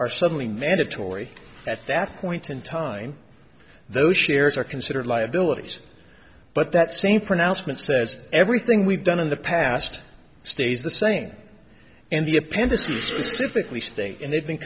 are suddenly mandatory at that point in time those shares are considered liabilities but that same pronouncement says everything we've done in the past stays the same in the appendix he specifically states and they've been